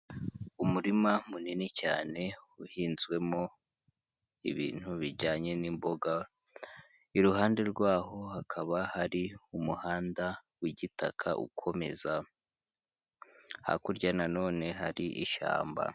Umurima munini cyane uhinzwemo ibintu bijyanye n'imboga, iruhande rw'aho hakaba hari umuhanda w'igitaka ukomeza, hakurya na none hari ishyamba.